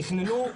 תכננו,